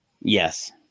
Yes